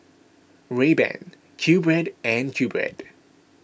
Rayban Qbread and Qbread